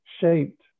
shaped